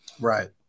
Right